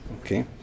Okay